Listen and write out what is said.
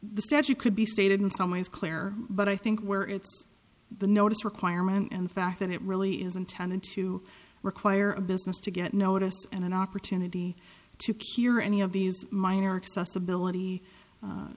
statue could be stated in some ways claire but i think where it's the notice requirement and the fact that it really is intended to require a business to get notice and an opportunity to cure any of these minor accessibility